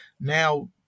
now